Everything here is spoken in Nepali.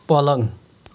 पलङ